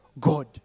God